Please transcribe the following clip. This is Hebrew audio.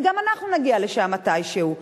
וגם אנחנו נגיע לשם מתישהו.